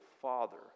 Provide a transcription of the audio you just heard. father